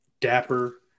dapper